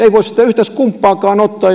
ei voi sitä yhtä skumppaakaan ottaa